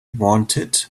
wanted